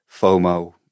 FOMO